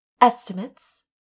Estimates